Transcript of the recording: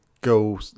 go